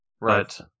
right